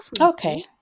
okay